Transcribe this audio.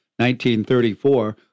1934